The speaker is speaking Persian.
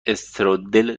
استرودل